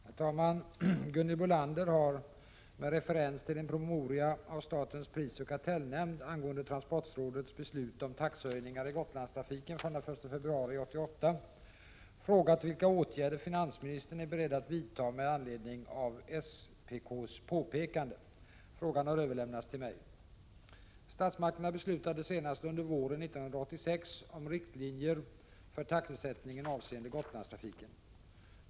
Herr talman! Gunhild Bolander har, med referens till en promemoria av statens prisoch kartellnämnd angående transportrådets beslut om taxehöjningar i Gotlandstrafiken från den 1 februari 1988, frågat vilka åtgärder finansministern är beredd att vidta med anledning av SPK:s påpekande. Frågan har överlämnats till mig. Statsmakterna beslutade senast under våren 1986 om riktlinjer för taxesättningen avseende Gotlandstrafiken.